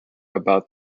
about